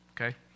Okay